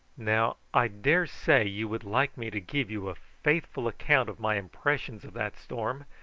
now, i daresay you would like me to give you a faithful account of my impressions of that storm,